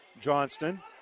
Johnston